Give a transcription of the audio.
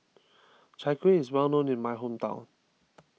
Chai Kueh is well known in my hometown